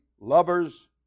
lovers